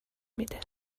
میده